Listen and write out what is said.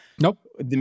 Nope